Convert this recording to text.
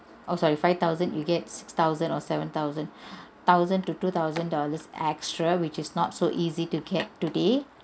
oh sorry five thousand you get six thousand or seven thousand thousand to two thousand dollars extra which is not so easy to get today